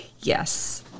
yes